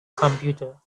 computer